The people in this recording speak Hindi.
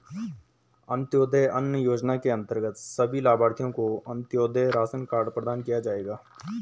अंत्योदय अन्न योजना के अंतर्गत सभी लाभार्थियों को अंत्योदय राशन कार्ड प्रदान किया जाएगा